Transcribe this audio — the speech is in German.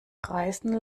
reißen